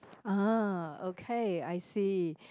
uh okay I see